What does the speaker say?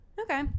okay